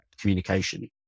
communication